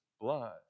blood